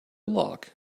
lock